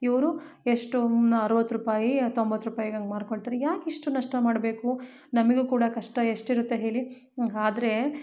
ಇವರು ಎಷ್ಟು ಅರ್ವತ್ತು ರೂಪಾಯಿ ಆ ತೊಂಬತ್ತು ರೂಪಾಯ್ಗೆ ಹಂಗೆ ಮಾರಿಕೊಳ್ತಾರೆ ಯಾಕೆ ಇಷ್ಟು ನಷ್ಟ ಮಾಡಬೇಕು ನಮಗು ಕೂಡ ಕಷ್ಟ ಎಷ್ಟಿರುತ್ತೆ ಹೇಳಿ ಆದ್ರೆ